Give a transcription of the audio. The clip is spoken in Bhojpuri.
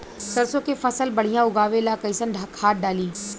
सरसों के फसल बढ़िया उगावे ला कैसन खाद डाली?